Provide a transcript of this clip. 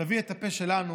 תביא את הפה שלנו,